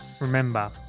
Remember